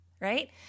right